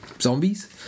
zombies